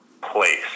place